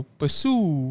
pursue